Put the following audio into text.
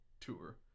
tour